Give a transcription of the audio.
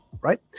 Right